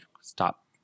stop